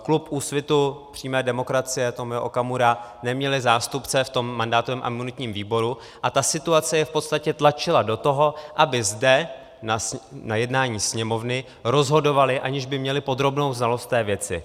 Klub Úsvitu přímé demokracie, Tomio Okamura, neměl zástupce v mandátovém a imunitním výboru a ta situace je v podstatě tlačila do toho, aby zde na jednání Sněmovny rozhodovali, aniž by měli podrobnou znalost věci.